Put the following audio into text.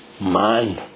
man